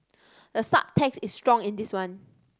the subtext is strong in this one